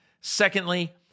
Secondly